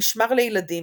ו"משמר לילדים",